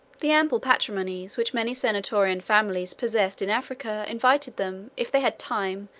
the ample patrimonies, which many senatorian families possessed in africa, invited them, if they had time,